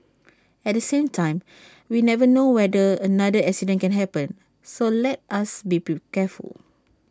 at the same time we never know whether another accident can happen so let us be careful